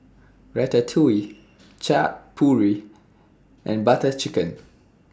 Ratatouille Chaat Papri and Butter Chicken